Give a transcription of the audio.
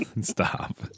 Stop